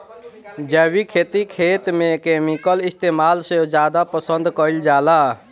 जैविक खेती खेत में केमिकल इस्तेमाल से ज्यादा पसंद कईल जाला